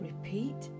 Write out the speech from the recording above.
Repeat